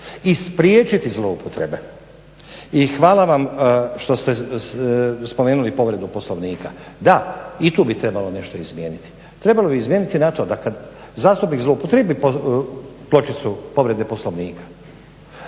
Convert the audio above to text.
I spriječiti zloupotrebe. I hvala vam što ste spomenuli povredu Poslovnika, da i tu bi trebalo nešto izmijeniti. Trebalo bi izmijeniti na to da kada zastupnik zloupotrjebi pločicu povrede Poslovnika